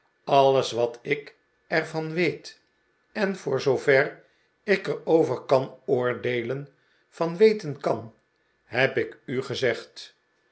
aues wat ik er van weet en voor zoover ik er over kan oordeelen van weten kan heb ik u gezegd